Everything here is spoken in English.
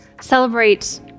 celebrate